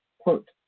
Quote